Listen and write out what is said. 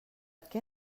què